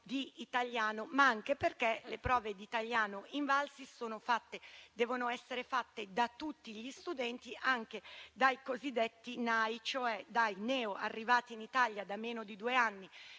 di italiano, anche perché le prove di italiano Invalsi devono essere fatte da tutti gli studenti, anche dai cosiddetti NAI, cioè dai neoarrivati in Italia da meno di due anni,